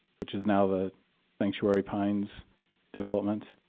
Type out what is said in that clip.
which is now the sanctuary pines development,